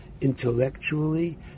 intellectually